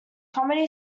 comedy